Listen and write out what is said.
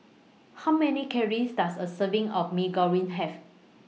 How Many Calories Does A Serving of Mee Goreng Have